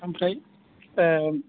आमफ्राय